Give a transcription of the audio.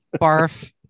barf